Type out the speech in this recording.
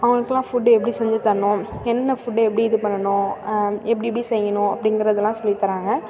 அவங்களுக்குலாம் ஃபுட் எப்படி செஞ்சி தரணும் என்னென்ன ஃபுட்டை எப்படி இது பண்ணணும் எப்படி எப்படி செய்யணும் அப்படிங்கிறதுலாம் சொல்லித்தராங்க